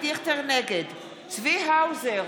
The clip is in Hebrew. נגד צבי האוזר,